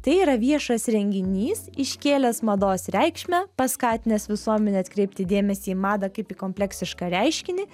tai yra viešas renginys iškėlęs mados reikšmę paskatinęs visuomenę atkreipti dėmesį į madą kaip į kompleksišką reiškinį